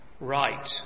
Right